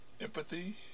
empathy